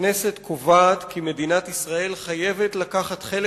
הכנסת קובעת כי מדינת ישראל חייבת לקחת חלק